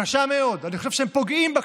קשה מאוד, אני חושב שהם פוגעים בכנסת.